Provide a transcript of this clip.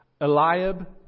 Eliab